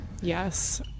Yes